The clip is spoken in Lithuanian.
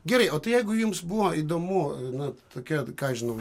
gerai o tai jeigu jums buvo įdomu na tokia ką aš žinau